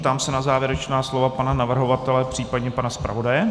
Ptám se na závěrečná slova pana navrhovatele případně pana zpravodaje.